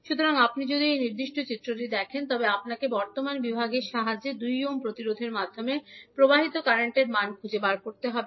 সুতরাং আপনি যদি এই নির্দিষ্ট চিত্রটি দেখেন তবে আপনাকে বর্তমান বিভাগের সাহায্যে 2 ওহম প্রতিরোধের মাধ্যমে প্রবাহিত কারেন্টর মান খুঁজে বের করতে হবে